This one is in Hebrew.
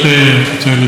ותודה רבה לך.